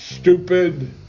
stupid